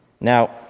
Now